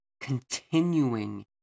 continuing